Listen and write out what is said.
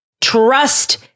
Trust